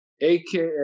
aka